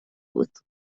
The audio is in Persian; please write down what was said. بود